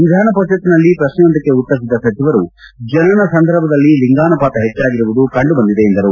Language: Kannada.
ವಿಧಾನಪರಿಷತ್ತಿನಲ್ಲಿ ಪ್ರಕ್ನೆಯೊಂದಕ್ಕೆ ಉತ್ತರಿಸಿದ ಸಚಿವರು ಜನನ ಸಂದರ್ಭದಲ್ಲಿ ಲಿಂಗಾನುಪಾತ ಹೆಚ್ಚಾಗಿರುವುದು ಕಂಡು ಬಂದಿದೆ ಎಂದರು